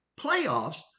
playoffs